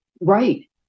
Right